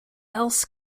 else